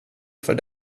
för